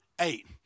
eight